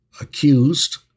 accused